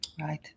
Right